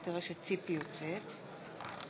מצביע סופה לנדבר,